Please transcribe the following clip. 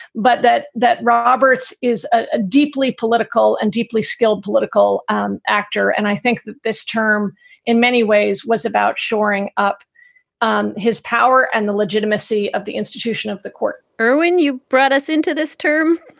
but that that roberts is a deeply political and deeply skilled political um actor. and i think that this term in many ways was about shoring up um his power and the legitimacy of the institution of the court erwin, you brought us into this term.